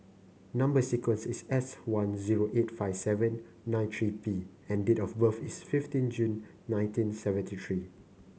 number sequence is S one zero eight five seven nine three P and date of birth is fifteen June nineteen seventy three